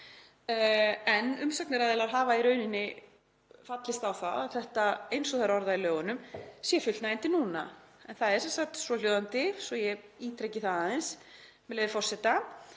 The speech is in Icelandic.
En umsagnaraðilar hafa í rauninni fallist á að þetta, eins og það er orðað í lögunum, sé fullnægjandi núna. En það er sem sagt svohljóðandi, svo ég ítreki það, með leyfi forseta: